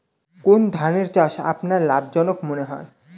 কোন ধানের চাষ আপনার লাভজনক মনে হয়?